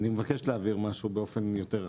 אני מבקש להבהיר משהו באופן יותר חד.